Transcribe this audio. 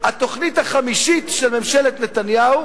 התוכנית החמישית של ממשלת נתניהו